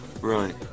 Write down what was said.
Right